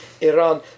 Iran